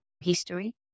history